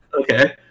Okay